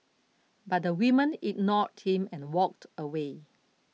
but the woman ignored him and walked away